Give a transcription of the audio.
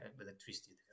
electricity